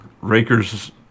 Rakers